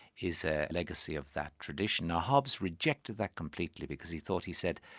is a legacy of that tradition. now hobbes rejected that completely, because he thought, he said,